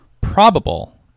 probable